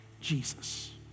Jesus